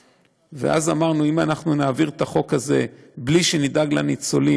אם כן, אנחנו עוברים להצעה האחרונה בסדר-היום.